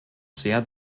sehr